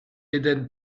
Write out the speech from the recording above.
eden